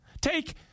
Take